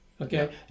okay